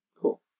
Cool